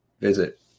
Visit